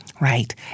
Right